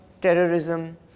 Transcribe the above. terrorism